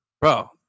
Bro